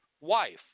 wife